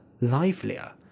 livelier